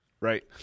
right